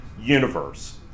universe